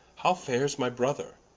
how fares my brother?